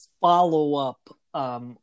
follow-up